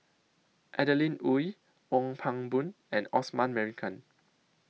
Adeline Ooi Ong Pang Boon and Osman Merican